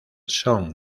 son